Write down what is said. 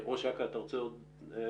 ראש אכ"א, אתה רוצה עוד הערות?